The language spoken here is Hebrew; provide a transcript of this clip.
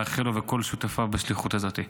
מאחל לו ולכל שותפיו בשליחות הזאת.